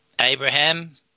Abraham